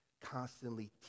constantly